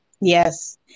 Yes